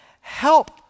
help